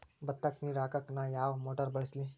ಭತ್ತಕ್ಕ ನೇರ ಹಾಕಾಕ್ ನಾ ಯಾವ್ ಮೋಟರ್ ಬಳಸ್ಲಿ?